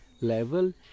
level